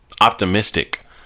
optimistic